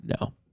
no